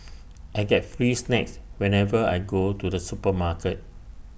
I get free snacks whenever I go to the supermarket